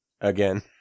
Again